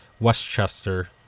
Westchester